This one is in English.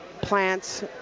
plants